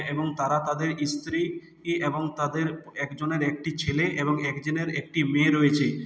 এবং তারা তাদের স্ত্রী এবং তাদের একজনের একটি ছেলে এবং একজনের একটি মেয়ে রয়েছে